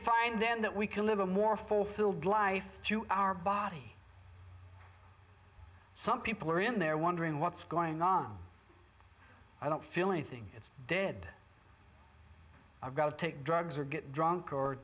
find then that we can live a more fulfilled life through our body some people are in there wondering what's going on i don't feel anything it's dead i've got to take drugs or get drunk or